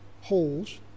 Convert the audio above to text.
holes